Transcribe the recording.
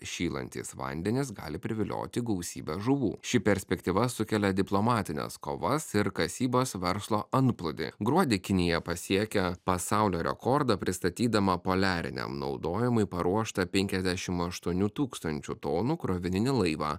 šylantys vandenys gali privilioti gausybę žuvų ši perspektyva sukelia diplomatines kovas ir kasybos verslo antplūdį gruodį kinija pasiekė pasaulio rekordą pristatydama poliariniam naudojimui paruoštą penkiasdešim aštuonių tūkstančių tonų krovininį laivą